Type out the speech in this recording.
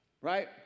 right